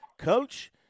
Coach